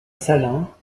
salins